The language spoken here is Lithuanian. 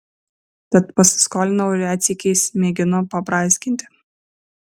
tad pasiskolinau ir retsykiais mėginu pabrązginti